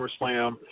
SummerSlam